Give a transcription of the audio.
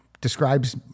describes